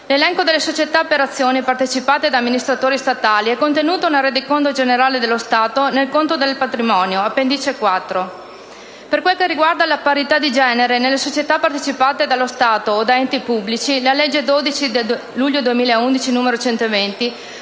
L'elenco delle società per azioni partecipate da amministratori statali è contenuto nel rendiconto generale dello Stato, nel conto del patrimonio (all'appendice 4). Per quel che riguarda la parità di genere nelle società partecipate dallo Stato o da enti pubblici, la legge 12 luglio 2011, n. 120,